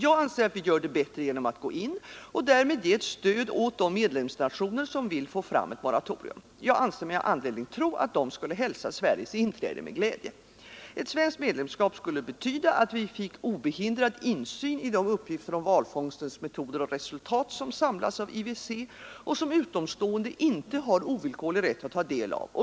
Jag anser att vi gör det bättre genom att gå in och därmed ge ett stöd åt de medlemsnationer som vill få fram ett moratorium. Jag anser mig ha anledning tro att dessa skulle hälsa Sveriges inträde med glädje. Ett svenskt medlemskap skulle betyda att vi fick obehindrad insyn i de uppgifter om valfångstens metoder och resultat som samlas av IWC och som utomstående inte har ovillkorlig rätt att ta del av.